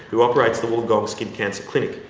who operates the wollongong skin cancer clinic.